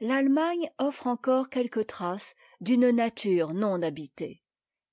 l'allemagne offre encore quelques traces d'une nature non habitée